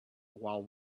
while